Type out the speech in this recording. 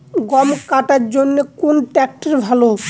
গম কাটার জন্যে কোন ট্র্যাক্টর ভালো?